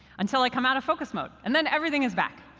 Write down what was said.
until i come out of focus mode. and then everything is back.